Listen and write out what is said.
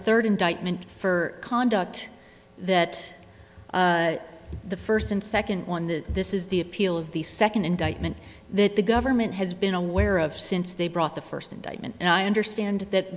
third indictment for conduct that the first and second one that this is the appeal of the second indictment that the government has been aware of since they brought the first indictment and i understand that